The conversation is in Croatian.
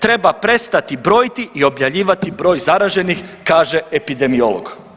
Treba prestati brojiti i objavljivati broj zaraženih.“ kaže epidemiolog.